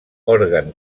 òrgan